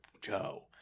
Joe